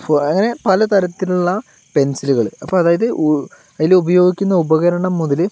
four അങ്ങനെ പലതരത്തിലുള്ള പെൻസിലുകൾ അപ്പോൾ അതായത് അതിലുപയോഗിക്കുന്ന ഉപകരണം മുതല്